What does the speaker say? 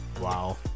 Wow